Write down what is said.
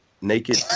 naked